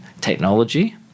technology